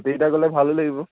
গোটেইকেইটা গ'লে ভালো লাগিব